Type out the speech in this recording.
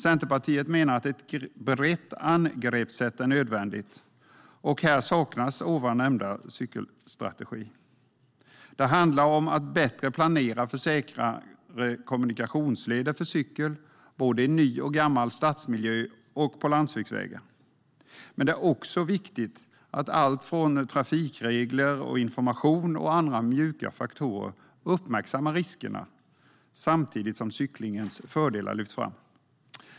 Centerpartiet menar att ett brett angreppssätt är nödvändigt och att ovan nämnda cykelstrategi saknas. Det handlar om att planera på ett bättre sätt för säkrare kommunikationsleder för cykel, i såväl ny och gammal stadsbebyggelse som på landsbygdsvägar. Men det är också viktigt att riskerna uppmärksammas i alltifrån trafikregler och information till andra mjuka faktorer samtidigt som cyklingens fördelar lyfts fram.